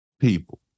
People